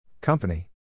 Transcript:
Company